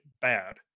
bad